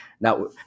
Now